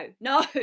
no